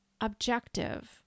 objective